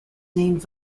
named